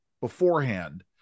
beforehand